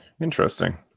Interesting